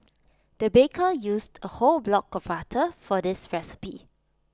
the baker used A whole block of butter for this recipe